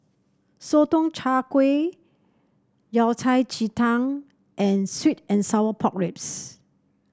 Sotong Char Kway Yao Cai Ji Tang and sweet and Sour Pork Ribs